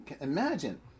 imagine